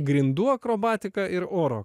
grindų akrobatika ir oro